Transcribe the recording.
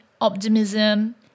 optimism